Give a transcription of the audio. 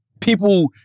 people